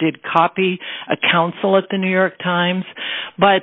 did copy a counsel at the new york times but